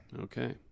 Okay